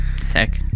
Sick